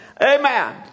amen